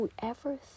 Whoever